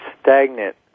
stagnant